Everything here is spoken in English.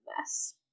mess